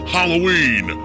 Halloween